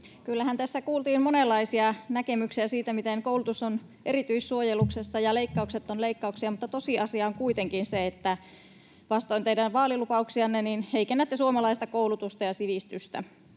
Kyllähän tässä kuultiin monenlaisia näkemyksiä siitä, miten koulutus on erityissuojeluksessa ja leikkaukset ovat leikkauksia, mutta tosiasia on kuitenkin se, että vastoin teidän vaalilupauksianne heikennätte suomalaista koulutusta ja sivistystä.